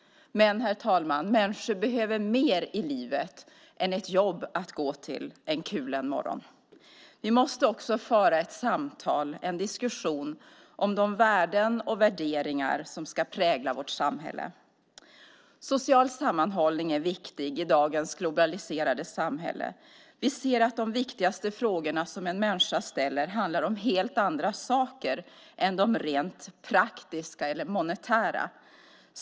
Men, herr talman, människor behöver mer i livet än ett jobb att gå till en kulen morgon. Vi måste också föra ett samtal - en diskussion - om de värden och värderingar som ska prägla vårt samhälle. Social sammanhållning är viktig i dagens globaliserade samhälle. Vi ser att de viktigaste frågor som en människa ställer handlar om helt andra saker än de rent praktiska eller monetära.